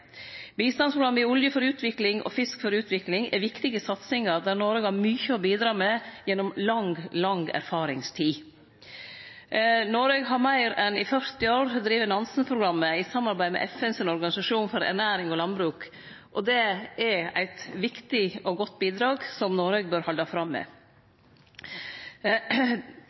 Olje for utvikling og Fisk for utvikling er viktige satsingar der Noreg har mykje å bidra med gjennom lang, lang erfaringstid. Noreg har i meir enn 40 år drive Nansen-programmet i samarbeid med FNs organisasjon for ernæring og landbruk. Det er eit viktig og godt bidrag, som Noreg bør halde fram med.